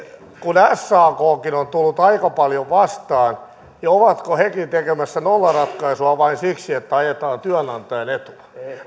kun sakkin on tullut aika paljon vastaan ja ovatko hekin tekemässä nollaratkaisua vain siksi että ajetaan työnantajan etua